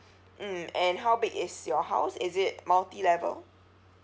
mm how big is your house is it multi-level